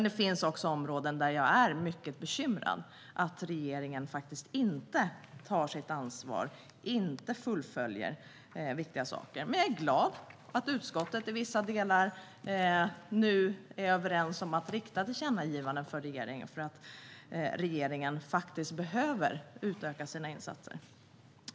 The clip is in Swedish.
Det finns dock områden där jag är mycket bekymrad över att regeringen inte tar sitt ansvar och fullföljer viktiga saker. Jag är glad att utskottet är överens om att göra tillkännagivanden till regeringen om att regeringen behöver utöka sina insatser.